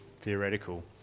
theoretical